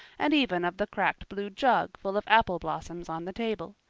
and even of the cracked blue jug full of apple blossoms on the table.